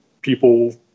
people